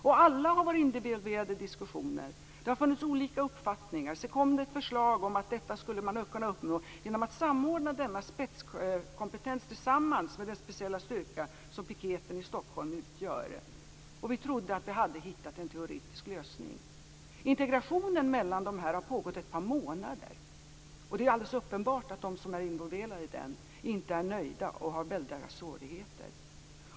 Och alla har diskuterat detta. Det har funnits olika uppfattningar. Sedan kom det ett förslag om att man skulle kunna uppnå detta genom att samordna denna spetskompetens tillsammans med den speciella styrka som piketen i Stockholm utgör. Och vi trodde att vi hade hittat en teoretisk lösning. Integrationen mellan de här har pågått ett par månader, och det är alldeles uppenbart att de som är involverade i den inte är nöjda och har stora svårigheter.